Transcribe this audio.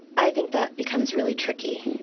i think that becomes really tricky